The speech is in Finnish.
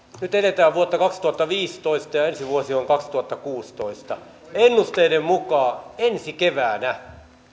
nyt eletään vuotta kaksituhattaviisitoista ja ensi vuosi on kaksituhattakuusitoista ennusteiden mukaan ensi keväänä